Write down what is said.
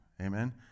Amen